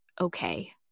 okay